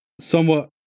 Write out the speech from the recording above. somewhat